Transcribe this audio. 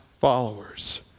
followers